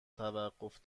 توقف